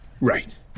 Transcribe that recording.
Right